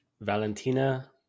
Valentina